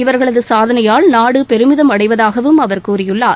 இவர்களது சாதனையால் நாடு பெருமிதம் அடைவதாகவும் அவர் கூறியுள்ளார்